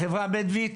בחברה הבדואית,